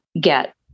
get